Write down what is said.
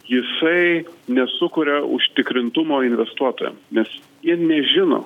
jisai nesukuria užtikrintumo investuotojam nes jie nežino